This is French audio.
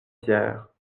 pierre